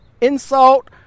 insult